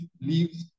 leaves